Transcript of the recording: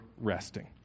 resting